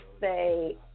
say